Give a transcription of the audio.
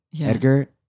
Edgar